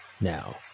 Now